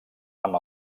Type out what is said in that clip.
amb